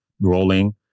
rolling